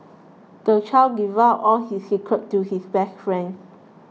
the child divulged all his secrets to his best friend